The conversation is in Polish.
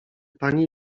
pani